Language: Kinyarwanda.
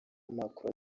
macron